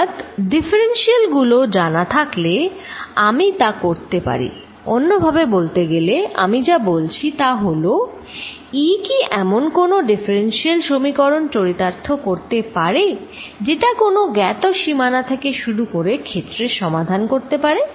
অর্থাৎ ডিফারেন্সিয়াল গুলো জানা থাকলে আমি তা করতে পারি অন্যভাবে বলতে গেলে আমি যা বলছি তা হলো E কি এমন কোনো ডিফারেন্সিয়াল সমীকরণ চরিতার্থ করতে পারে যেটা কোনো জ্ঞাত সীমানা থেকে শুরু করে ক্ষেত্রের সমাধান করতে পারে